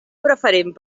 preferent